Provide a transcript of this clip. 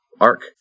arc